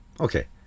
okay